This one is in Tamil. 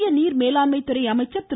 மத்திய நீர் மேலாண்மை துறை அமைச்சர் திரு